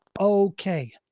Okay